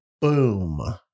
Boom